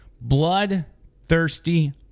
Bloodthirsty